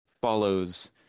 follows